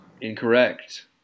Incorrect